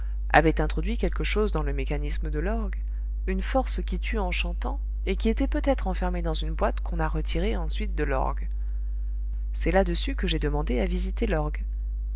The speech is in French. avait introduit quelque chose dans le mécanisme de l'orgue une force qui tue en chantant et qui était peut-être enfermée dans une boîte qu'on a retirée ensuite de l'orgue c'est là-dessus que j'ai demandé à visiter l'orgue